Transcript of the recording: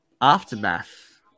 aftermath